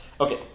Okay